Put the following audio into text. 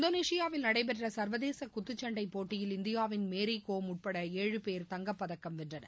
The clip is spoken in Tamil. இந்தோனேஷியாவில் நடைபெற்றசர்வதேசகுத்துச்சண்டைபோட்டியில் இந்தியாவின் மேரிகோம் உட்பட ஏழு பேர் தங்கப்பதக்கம் வென்றனர்